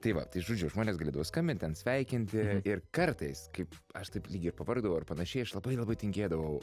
tai va tai žodžiu žmonės galėdavo skambint ten sveikinti ir kartais kaip aš taip lyg ir pavargdavau ar panašiai aš labai labai tingėdavau